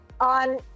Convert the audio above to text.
On